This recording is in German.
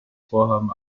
vorhaben